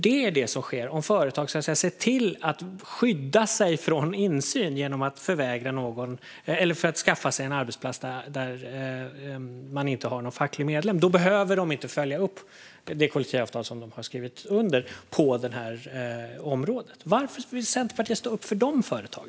Det är vad som sker om företag ser till att skydda sig från insyn genom att skaffa sig en arbetsplats där man inte har någon facklig medlem. Då behöver de inte följa upp det kollektivavtal på området som de har skrivit under. Varför vill Centerpartiet stå upp för dessa företag?